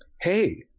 hey –